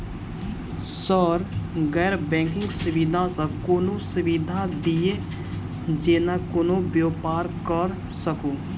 Sir गैर banking सुविधा सँ कोनों सुविधा दिए जेना कोनो व्यापार करऽ सकु?